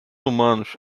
humanos